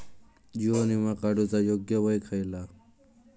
जीवन विमा काडूचा योग्य वय खयला?